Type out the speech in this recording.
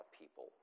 people